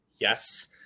yes –